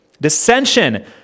dissension